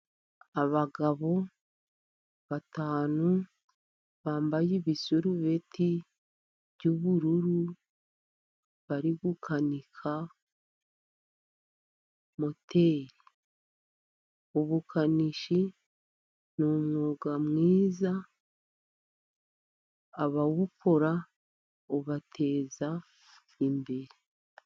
Abagabo batanu bambaye ibisurubeti by'ubururu bari gukanika moteri. Ubukanishi ni umwuga mwiza abawukora ubateza imbere.